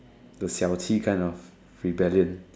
the 小气 kind of rebellion